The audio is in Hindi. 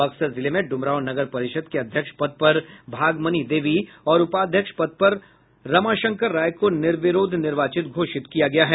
बक्सर जिले में डुमरांव नगर परिषद के अध्यक्ष पद पर भागमनी देवी और उपाध्यक्ष पद पर रमाशंकर राय को निर्विरोध निर्वाचित घोषित किया गया है